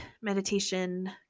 meditation